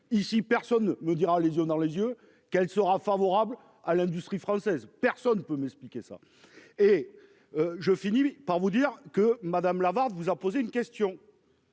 ici personne me dira les yeux dans les yeux qu'sera favorable à l'industrie française. Personne ne peut m'expliquer ça et. Je finis par vous dire que madame Lavarde vous a posé une question.